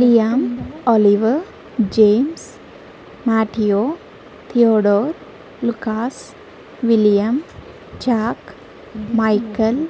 liam oliver james mateo theodore lucas william jack michael